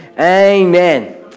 Amen